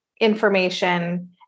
information